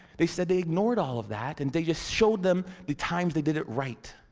they said they ignored all of that and they just showed them the times they did it right.